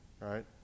Right